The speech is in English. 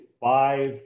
five